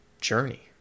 journey